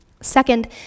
Second